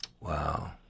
Wow